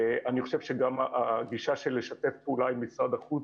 אני חושב שגם הגישה של לשתף פעולה עם משרד החוץ,